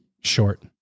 Short